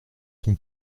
son